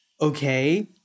okay